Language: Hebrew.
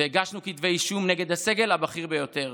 והגשנו כתבי אישום נגד הסגל הבכיר ביותר